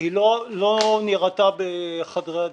היא לא נראתה בחדרי הדיונים.